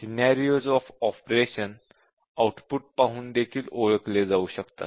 scenarios of operation output पाहून देखील ओळखले जाऊ शकतात